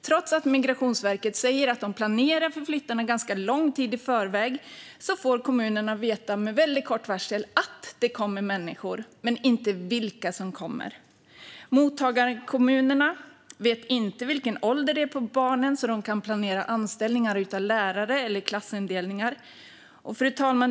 Trots att Migrationsverket säger att de planerar för flyttarna ganska lång tid i förväg får kommunerna veta med väldigt kort varsel att det kommer människor men inte vilka som kommer. Mottagarkommunerna vet inte vilken ålder det är på barnen - om de vet det kan de planera anställningar av lärare eller klassindelningar. Fru talman!